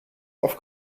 auf